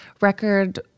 record